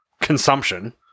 consumption